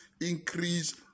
increase